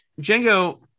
django